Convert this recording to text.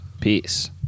Peace